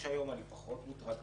על 45 יום אני פחות מוטרד,